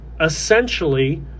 essentially